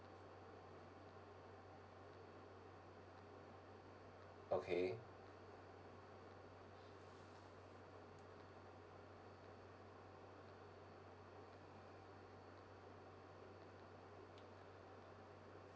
okay